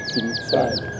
inside